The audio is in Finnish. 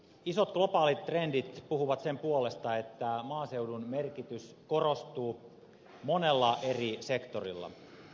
isot globaalit trendit puhuvat sen puolesta että maaseudun merkitys korostuu monella eri sektorilla